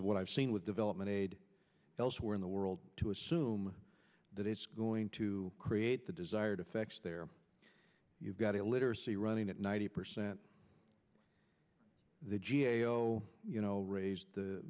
of what i've seen with development aid elsewhere in the world to assume that it's going to create the desired effects there you've got illiteracy running at ninety percent the g a o you know raised